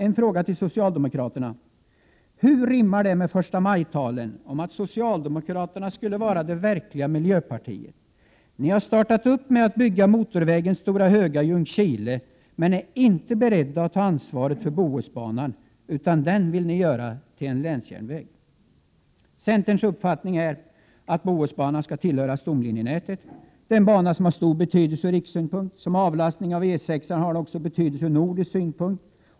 En fråga till socialdemokraterna: Hur rimmar det med förstamajtalen om att socialdemokraterna skulle vara det verkliga miljöpartiet? Ni har startat med att bygga motorvägen Stora Höga-Ljungskile. Men ni är inte beredda att ta ansvar för Bohusbanan, utan den vill ni göra till en länsjärnväg. Vi i centern är av den uppfattningen att Bohusbanan skall tillhöra stomlinjenätet. Det är en bana som har stor betydelse ur rikssynpunkt. Dessutom avlastar den E 6-an. Därför har den betydelse ur nordisk synpunkt.